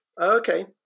Okay